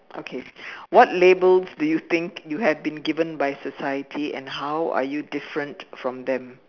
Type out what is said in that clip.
okay what labels do you think you have been given by society and how are you different from them